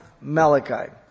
Malachi